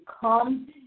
come